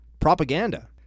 Propaganda